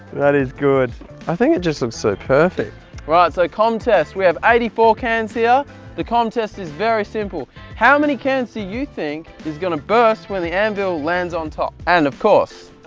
that is good i think it just looks so perfect right so comtest we have eighty four cans here the comtest is very simple how many cans do you think is gonna burst when the anvil lands on top and of course,